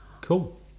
Cool